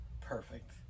perfect